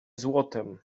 złotem